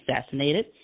assassinated